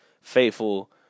faithful